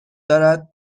دارد